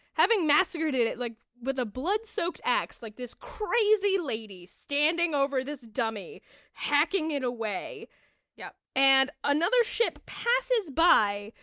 having massacred it, like with a blood soaked axe, like this crazy lady standing over this dummy hacking it away yep and another ship passes by,